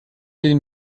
den